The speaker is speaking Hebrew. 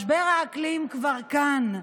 משבר האקלים כבר כאן,